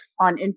on